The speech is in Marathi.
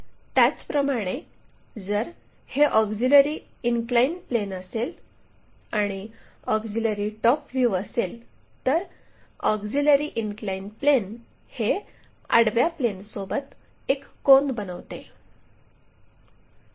त्याचप्रमाणे जर हे ऑक्झिलिअरी इनक्लाइन प्लेन असेल आणि ऑक्झिलिअरी टॉप व्ह्यू असेल तर ऑक्झिलिअरी इनक्लाइन प्लेन हे आडव्या प्लेनसोबत एक कोन बनविते